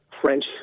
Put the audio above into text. French